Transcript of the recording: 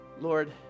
Lord